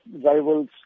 rivals